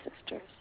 sisters